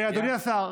אדוני השר,